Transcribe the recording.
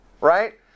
right